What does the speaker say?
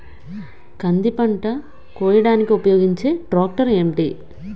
కంది పంట కోయడానికి ఉపయోగించే ట్రాక్టర్ ఏంటి?